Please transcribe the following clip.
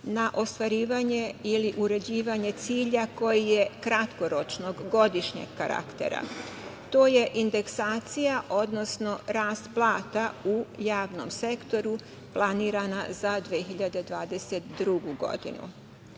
na ostvarivanje ili uređivanje cilja koji je kratkoročnog godišnjeg karaktera. To je indeksacija, odnosno rast plata u javnom sektoru, planirana za 2022. godinu.